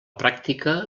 pràctica